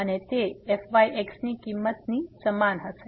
અને તે fyx ની કિંમતની સમાન હશે